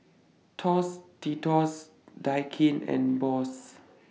Tostitos Daikin and Bose